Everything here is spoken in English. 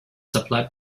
supplied